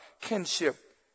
kinship